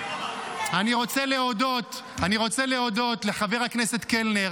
אני רוצה להודות לחבר הכנסת קלנר,